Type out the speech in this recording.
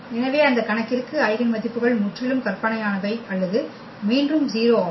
எனவே அந்த கணக்கிற்கு ஐகென் மதிப்புகள் முற்றிலும் கற்பனையானவை அல்லது மீண்டும் 0 ஆகும்